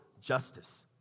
justice